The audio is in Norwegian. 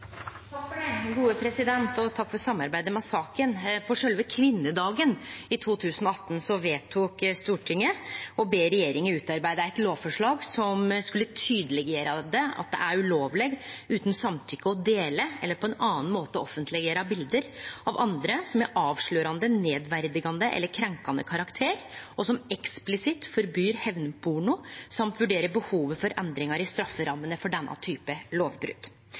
Takk for samarbeidet om saka. På sjølve kvinnedagen i 2018 vedtok Stortinget å be regjeringa utarbeide eit lovforslag som skulle tydeleggjere at det er ulovleg utan samtykke å dele eller på annan måte offentleggjere bilde av andre som er avslørande, nedverdigande eller av krenkande karakter, og som eksplisitt forbyr hemnporno, og dessutan vurdere behovet for endringar i strafferammene for denne